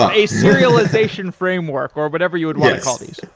ah a serialization framework or whatever you would want to call these.